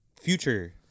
future